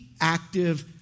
active